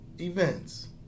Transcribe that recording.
Events